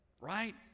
right